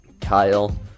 Kyle